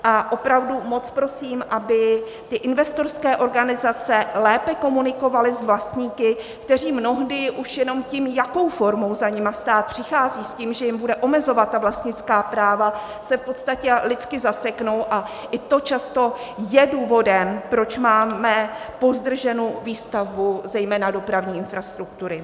A opravdu moc prosím, aby ty investorské organizace lépe komunikovaly s vlastníky, kteří mnohdy už jenom tím, jakou formou za nimi stát přichází s tím, že jim bude omezovat vlastnická práva, se v podstatě lidsky zaseknou a i to často je důvodem, proč máme pozdrženu výstavbu zejména dopravní infrastruktury.